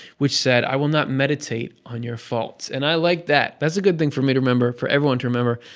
which said, i will not meditate on your faults and i like that. that's a good thing for me to remember, for everyone to remember.